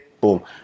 Boom